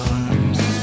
arms